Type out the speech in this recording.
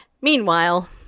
Meanwhile